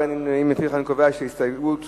ההסתייגות (2)